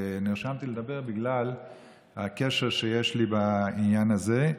ונרשמתי לדבר בגלל הקשר שיש לי לעניין הזה,